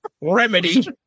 remedy